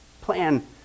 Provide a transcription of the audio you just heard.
plan